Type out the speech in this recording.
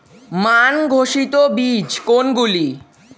মান ঘোষিত বীজ কোনগুলি?